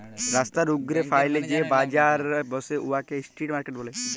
রাস্তার উপ্রে ফ্যাইলে যে বাজার ব্যসে উয়াকে ইস্ট্রিট মার্কেট ব্যলে